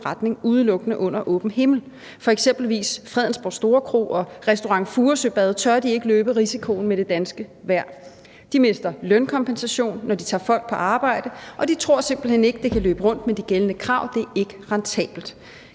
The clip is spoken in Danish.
forretning udelukkende under åben himmel. Der er f.eks. Fredensborg Store Kro og Restaurant Furesøbad, som ikke tør løbe risikoen med det danske vejr. De mister lønkompensation, når de tager folk på arbejde, og de tror simpelt hen ikke, at det kan løbe rundt med de gældende krav, for det er ikke rentabelt.